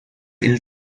ill